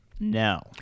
No